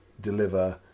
deliver